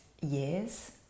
years